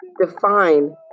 define